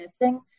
missing